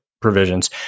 provisions